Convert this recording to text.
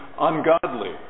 ungodly